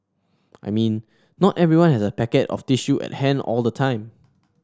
I mean not everyone has a packet of tissue at hand all the time